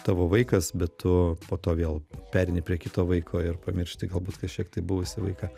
tavo vaikas bet tu po to vėl pereini prie kito vaiko ir pamiršti galbūt kažkiek tai buvusį vaiką